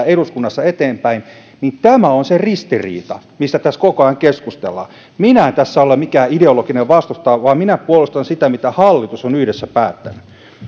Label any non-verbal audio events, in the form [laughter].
[unintelligible] eduskunnassa niin tämä on se ristiriita mistä tässä koko ajan keskustellaan minä en tässä ole mikään ideologinen vastustaja vaan minä puolustan sitä mitä hallitus on yhdessä päättänyt mutta